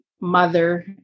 mother